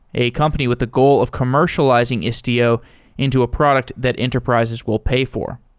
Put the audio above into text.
a company with the goal of commercializing istio into a product that enterprises will pay for.